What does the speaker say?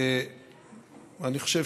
ואני חושב